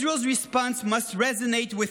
Israel’s response must resonate with